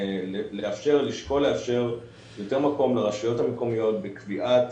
לשקול לאפשר יותר מקום לרשויות המקומיות בקביעת